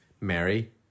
Mary